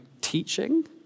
teaching